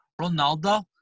Ronaldo